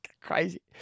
crazy